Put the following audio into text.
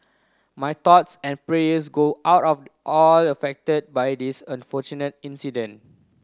my thoughts and prayers go out of all affected by this unfortunate incident